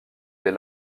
des